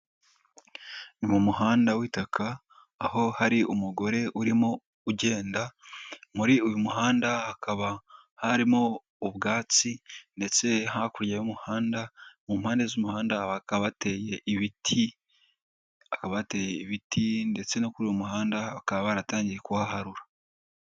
Ni mu muhanda w'itakaka aho hari umugore urimo ugenda, muri uyu muhanda hakaba harimo ubwatsi ndetse hakurya y'umuhanda mu mpande z'umuhanda hakaba hateye ibiti ndetse no kuri uyu muhanda bakaba baratangiye kuhaharura.